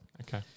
Okay